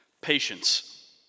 patience